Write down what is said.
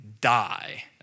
die